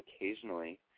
occasionally